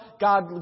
God